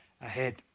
ahead